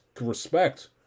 respect